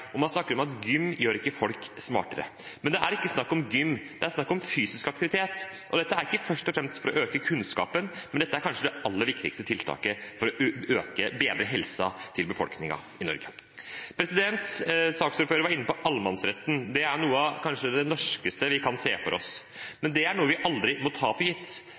hvor man snakker om at gym ikke gjør folk smartere. Men det er ikke snakk om gym, det er snakk om fysisk aktivitet. Det er ikke først og fremst for å øke kunnskapen – det er kanskje det aller viktigste tiltaket for å bedre helsen til befolkningen i Norge. Saksordføreren var inne på allemannsretten. Det er kanskje noe av det norskeste vi kan se for oss, men det er noe vi aldri må ta for gitt